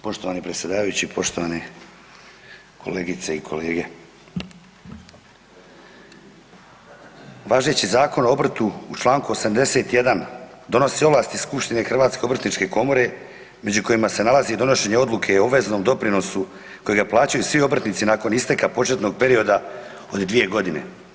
Poštovani predsjedavajući, poštovani kolegice i kolege, važeći Zakon o obrtu u Članku 81. donosi ovlasti skupštine Hrvatske obrtničke komore među kojima se nalazi i donošenje odluke o obveznom doprinosu kojega plaćaju svi obrtnici nakon isteka početnog perioda od 2 godine.